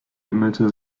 bimmelte